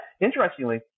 Interestingly